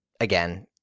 again